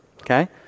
Okay